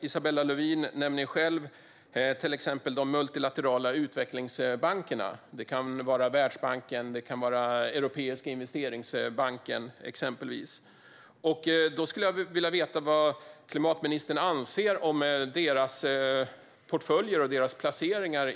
Isabella Lövin nämner själv de multilaterala utvecklingsbankerna, exempelvis Världsbanken eller Europeiska investeringsbanken. Jag skulle vilja veta vad klimatministern anser om deras portföljer och placeringar.